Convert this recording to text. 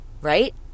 Right